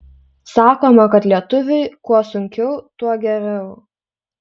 sakoma kad lietuviui kuo sunkiau tuo geriau